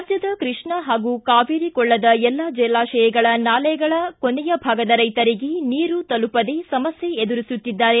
ರಾಜ್ಞದ ಕೃಷ್ಣಾ ಹಾಗೂ ಕಾವೇರಿ ಕೊಳ್ಳದ ಎಲ್ಲಾ ಜಲಾಶಯಗಳ ನಾಲೆಗಳ ಕೊನೆಯ ಭಾಗದ ರೈತರಿಗೆ ನೀರು ತಲುಪದೇ ಸಮಸ್ಥೆ ಎದುರಿಸುತ್ತಿದ್ದಾರೆ